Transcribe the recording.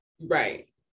Right